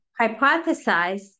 hypothesize